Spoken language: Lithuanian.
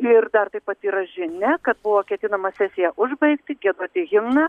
ir dar taip pat yra žinia kad buvo ketinama sesiją užbaigti giedoti himną